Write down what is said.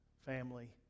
family